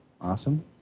Awesome